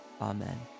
Amen